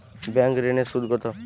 Bank ঋন এর সুদ কত?